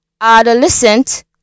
adolescent